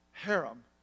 harem